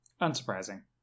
Unsurprising